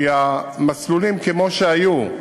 כי המסלולים כמו שהיו,